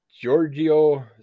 Giorgio